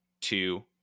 two